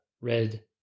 red